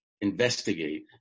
investigate